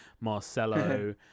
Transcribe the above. Marcelo